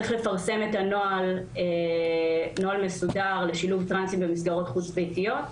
צריך לפרסם נוהל מסודר לשילוב טרנסים במסגרות חוץ ביתיות,